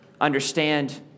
understand